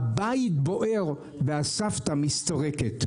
הבית בוער והסבתא מסתרקת.